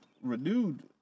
renewed